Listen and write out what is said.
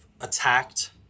attacked